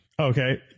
Okay